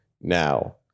now